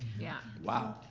yeah. wow,